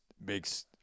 makes